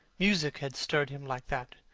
music had stirred him like that.